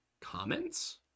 comments